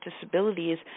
disabilities